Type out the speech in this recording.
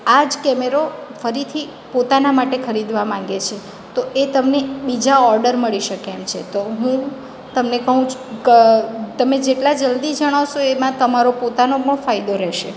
આ જ કેમેરો ફરીથી પોતાના માટે ખરીદવા માંગે છે તો એ તમને બીજો ઓર્ડર મળી શકે એમ છે તો હું તમને કહું છું કે તમે જેટલા જલ્દી જણાવશો એમાં તમારું પોતાનો પણ ફાયદો રહેશે